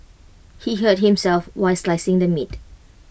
he hurt himself while slicing the meat